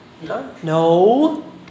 No